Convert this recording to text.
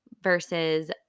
versus